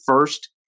first